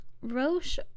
Roche